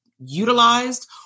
utilized